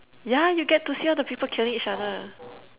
yeah you get to see all the people killing each other